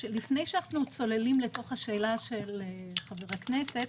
לפני שאנחנו צוללים לתוך השאלה של חבר הכנסת,